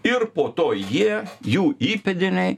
ir po to jie jų įpėdiniai